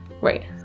Right